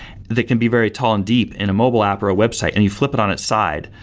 they can be very tall and deep in a mobile app, or a website and you flip it on its side,